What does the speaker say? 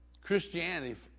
Christianity